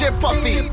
puffy